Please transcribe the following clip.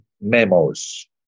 memos